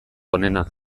onena